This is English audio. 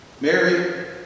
Mary